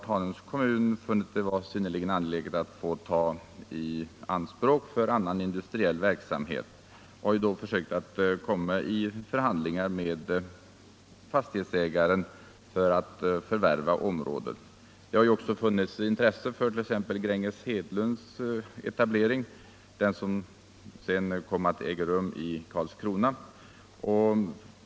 Tanums kommun har funnit det synnerligen angeläget att få ta denna mark i anspråk för annan industriell verksamhet och har försökt ta upp förhandlingar med fastighetsägaren för att förvärva området. Det har också funnits intresse för Gränges Hedlunds etablering, den som sedan ägde rum i Karlskrona.